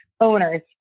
owners